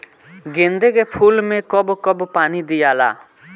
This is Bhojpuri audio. गेंदे के फूल मे कब कब पानी दियाला?